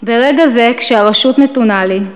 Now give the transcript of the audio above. ברגע זה, כשהרשות נתונה לי,